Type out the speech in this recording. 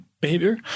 behavior